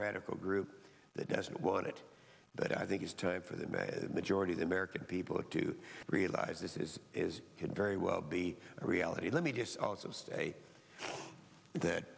radical group that doesn't want it but i think it's time for the majority the american people to realize this is is could very well be a reality let me just also say that